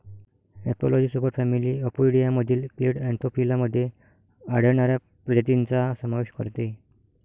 एपिलॉजी सुपरफॅमिली अपोइडियामधील clade Anthophila मध्ये आढळणाऱ्या प्रजातींचा समावेश करते